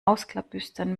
ausklabüstern